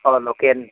ꯑꯥꯎ ꯂꯣꯀꯦꯟ